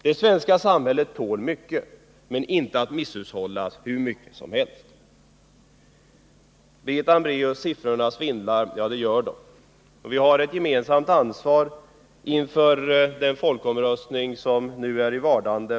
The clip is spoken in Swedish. Det svenska samhället tål mycket men inte en hur stor misshushållning som helst. Birgitta Hambraeus säger att siffrorna svindlar. Ja, det gör de. Vi har ett gemensamt ansvar inför den folkomröstning som nu är i vardande.